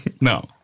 No